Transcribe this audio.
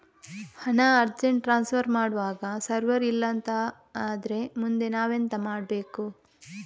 ಹಣ urgent transfer ಮಾಡ್ವಾಗ server ಇಲ್ಲಾಂತ ಆದ್ರೆ ಮುಂದೆ ನಾವೆಂತ ಮಾಡ್ಬೇಕು?